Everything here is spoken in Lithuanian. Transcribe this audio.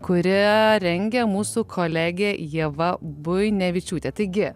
kurią rengia mūsų kolegė ieva buinevičiūtė taigi